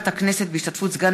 קארין